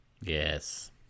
Yes